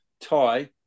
tie